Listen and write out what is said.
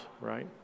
right